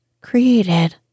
created